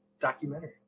documentary